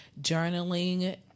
journaling